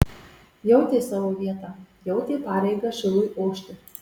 jautė savo vietą jautė pareigą šilui ošti